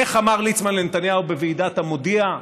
איך אמר ליצמן לנתניהו בוועידת המודיע?